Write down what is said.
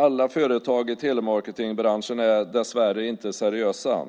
Alla företag i telemarketingbranschen är dessvärre inte seriösa.